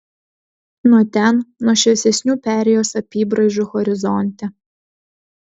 nuo ten nuo šviesesnių perėjos apybraižų horizonte